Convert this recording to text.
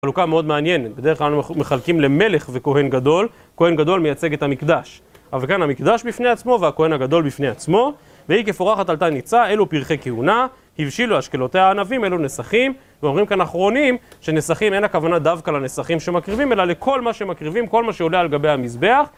חלוקה מאוד מעניינת, בדרך כלל אנחנו מחלקים למלך וכהן גדול, כהן גדול מייצג את המקדש, אבל כאן המקדש בפני עצמו והכהן הגדול בפני עצמו. "והיא כפורחת עלתה ניצה" אלו פרחי כהונה, "הבשילו אשכלותיה ענבים" אלו נסכים, ואומרים כאן אחרונים שנסכים אין הכוונה דווקא לנסכים שמקריבים, אלא לכל מה שמקריבים, כל מה שעולה על גבי המזבח